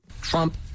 Trump